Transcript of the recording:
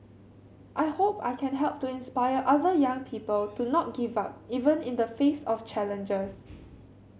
I hope I can help to inspire other young people to not give up even in the face of challenges